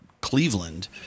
Cleveland